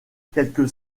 quelques